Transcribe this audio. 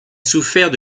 souffert